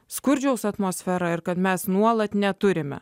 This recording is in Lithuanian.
skurdžiaus atmosferą ir kad mes nuolat neturime